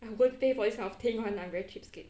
I'm won't pay for this kind of thing [one] lah I'm very cheapskate